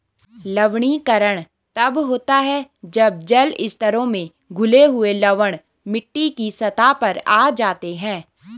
लवणीकरण तब होता है जब जल स्तरों में घुले हुए लवण मिट्टी की सतह पर आ जाते है